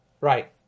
Right